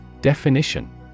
Definition